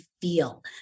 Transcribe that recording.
feel